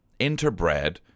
interbred